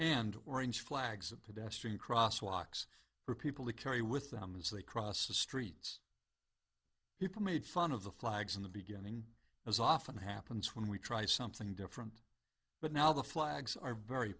and orange flags at pedestrian crosswalks for people to carry with them as they cross the streets he made fun of the flags in the beginning as often happens when we try something different but now the flags are very